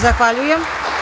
Zahvaljujem.